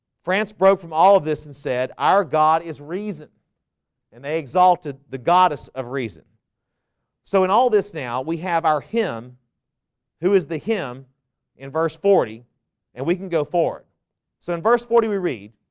france broke from all of this and said our god is reason and they exalted the goddess of reason so in all this now we have our him who is the him in verse forty and we can go forward so in verse forty we read